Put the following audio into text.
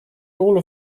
all